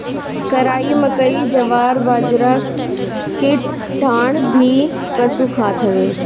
कराई, मकई, जवार, बजरा के डांठ भी पशु खात हवे